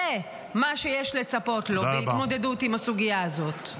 זה מה שיש לצפות לו בהתמודדות עם הסוגיה הזאת.